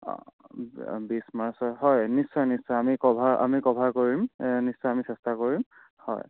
অঁ বিছ মাৰ্চত হয় নিশ্চয় নিশ্চয় আমি কভাৰ আমি কভাৰ কৰিম নিশ্চয় আমি চেষ্টা কৰিম হয়